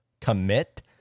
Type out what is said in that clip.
commit